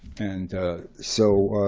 and so